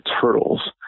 Turtles